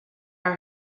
are